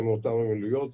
העלויות הן אותן עלויות.